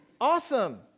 Awesome